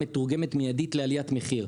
מתורגמת מיידית לעליית מחיר.